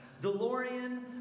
DeLorean